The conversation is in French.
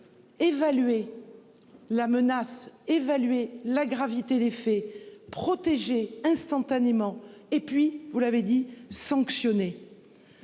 évaluer la menace et la gravité des faits, protéger instantanément et, vous l'avez dit, sanctionner,